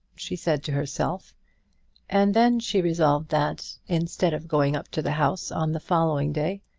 she said to herself and then she resolved that, instead of going up to the house on the following day,